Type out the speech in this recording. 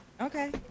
Okay